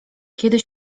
kiedyś